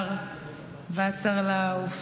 השר וסרלאוף,